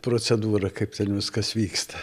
procedūrą kaip ten viskas vyksta